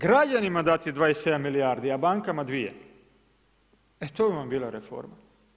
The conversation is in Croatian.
Građanima dati 27 milijardi, a bankama dvije, e to bi vam bila reforma.